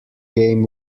game